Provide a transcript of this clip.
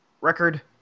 record